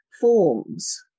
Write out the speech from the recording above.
forms